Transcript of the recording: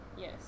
Yes